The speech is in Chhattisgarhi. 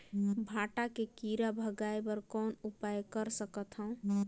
भांटा के कीरा भगाय बर कौन उपाय कर सकथव?